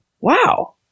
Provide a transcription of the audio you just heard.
Wow